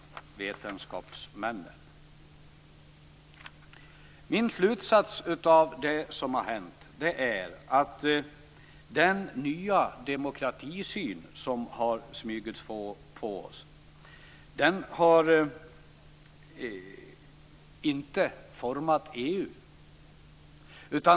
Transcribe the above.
Min slutsats av det som hänt är att det inte är den nya demokratisyn som smugit sig på oss som format EU.